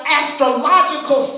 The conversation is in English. astrological